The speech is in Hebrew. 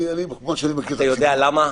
תראה, כמו שאני מכיר הציבור --- אתה יודע למה?